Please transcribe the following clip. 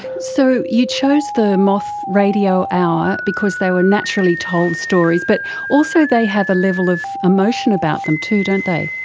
so you chose the moth radio hour because they were naturally told stories, but also they have a level of emotion about them too, don't they.